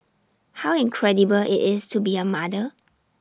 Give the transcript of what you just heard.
how incredible IT is to be A mother